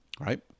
right